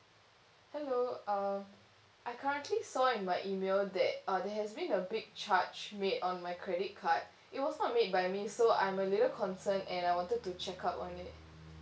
hello uh I currently saw in my email that uh there has been a big charge made on my credit card it was not made by me so I'm a little concerned and I wanted to check up on it